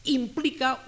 implica